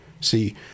See